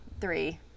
three